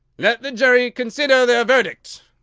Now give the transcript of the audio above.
let the jury consider their verdict,